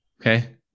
Okay